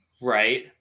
Right